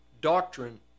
doctrine